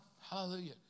Hallelujah